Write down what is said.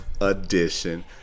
edition